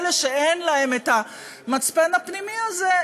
אלה שאין להם המצפן הפנימי הזה,